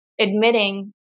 admitting